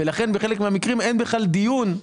לכן בחלק מהמקרים אין בכלל דיון,